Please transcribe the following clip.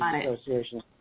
Association